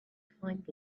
find